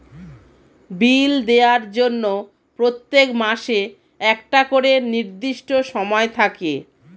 বিল দেওয়ার জন্য প্রত্যেক মাসে একটা করে নির্দিষ্ট সময় থাকে